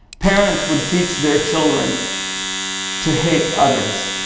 parents would teach their children to hate others.